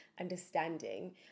understanding